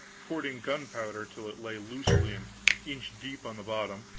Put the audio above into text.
poured in gunpowder till it lay loosely an inch deep on the bottom,